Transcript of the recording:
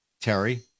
Terry